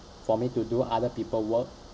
for me to do other people work